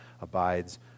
abides